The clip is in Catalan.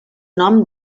nom